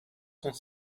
cent